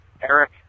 Eric